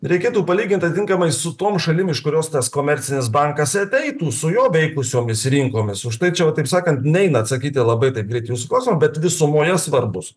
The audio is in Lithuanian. reikėtų palygint atitinkamai su tom šalim iš kurios tas komercinis bankas ateitų su jo veikusiomis rinkomis užtai čia vat taip sakant neina atsakyti labai taip greit į jūsų klausimą bet visumoje svarbūs